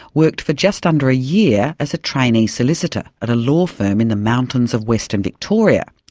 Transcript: worked for just under a year as a trainee solicitor at a law firm in the mountains of western victoria.